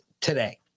today